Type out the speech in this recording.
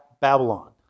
Babylon